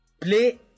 play